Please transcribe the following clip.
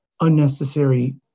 unnecessary